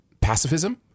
pacifism